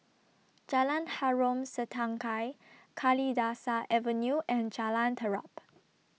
Jalan Harom Setangkai Kalidasa Avenue and Jalan Terap